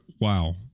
wow